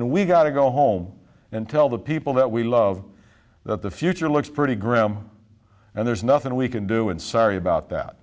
we've got to go home and tell the people that we love that the future looks pretty grim and there's nothing we can do and sorry about that